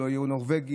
ולא יהיו נורבגים,